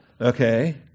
okay